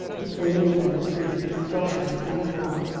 which eleazar the priest, and joshua the son of nun,